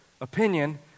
opinion